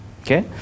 Okay